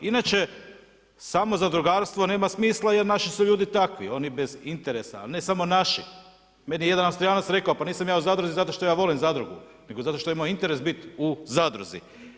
Inače samo zadrugarstvo nema smisla, jer naši su ljudi takvi oni bez interesa, a ne samo naši, meni jedan Austrijanac rekao pa nisam ja u zadruzi zašto što ja volim zadrugu nego što je moj interes bit u zadruzi.